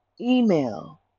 email